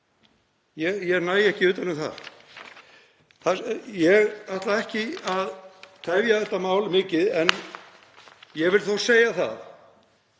Ég næ ekki utan um það. Ég ætla ekki að tefja þetta mál mikið en vil þó segja að